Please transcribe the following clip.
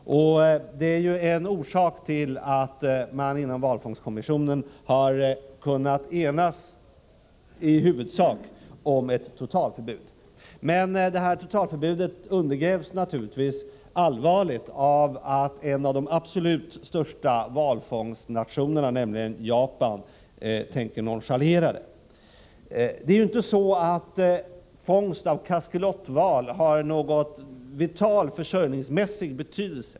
Det är en orsak till att man inom valfångstkommissionen i huvudsak har kunnat enas om ett totalförbud. Men totalförbudet undergrävs naturligtvis allvarligt av att en av de absolut största valfångarnationerna, nämligen Japan, tänker nonchalera det. Fångst av kaskelotval har inte någon vital, försörjningsmässig betydelse.